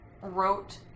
wrote